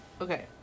okay